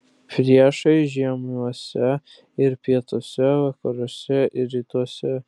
priešai žiemiuose ir pietuose vakaruose ir rytuose